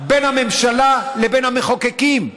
בין הממשלה לבין המחוקקים,